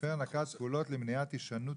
"המפר נקט פעולות למניעת הישנות